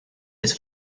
his